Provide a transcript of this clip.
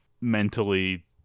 mentally